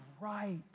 right